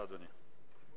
בבקשה, אדוני.